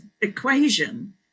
equation